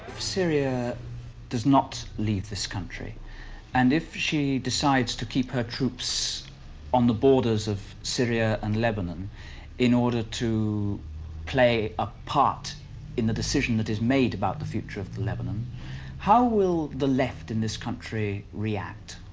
syria does not leave this country and if she decides to keep her troops on the borders of syria and lebanon in order to play a part in the decision that is made about the future of the lebanon how will the left in this country react?